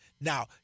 Now